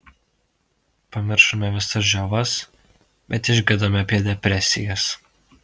pamiršome visas džiovas bet išgirdome apie depresijas